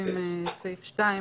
בין הזמן שהשירות שולח לנו נתונים,